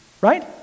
Right